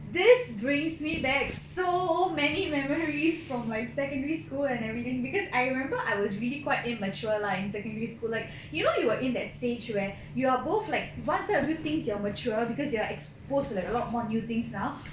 this brings me back so many memories from like secondary school and everything because I remember I was really quite immature lah in secondary school like you know you were in that stage where you are both like one side of you thinks you are mature because you are exposed to like a lot more new things now